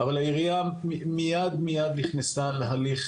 אבל הערייה מיד נכנסה להליך,